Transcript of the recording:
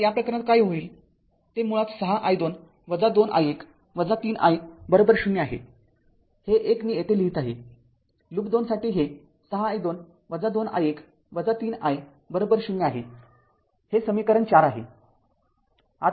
तर या प्रकरणात काय होईल ते मुळात ६ i२ २ i१ ३ i 0 आहे हे १ मी येथे लिहिले आहे लूप २ साठी हे ६ i२ २ i१ ३ i 0 आहे हे समीकरण ४ आहे